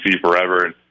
forever